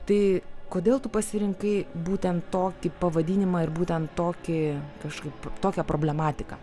tai kodėl tu pasirinkai būtent tokį pavadinimą ir būtent tokį kažkaip tokią problematiką